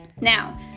Now